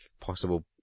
possible